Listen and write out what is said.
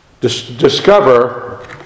Discover